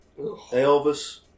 Elvis